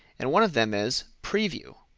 and one of them is preview.